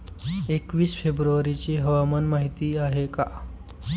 एकवीस फेब्रुवारीची हवामान माहिती आहे का?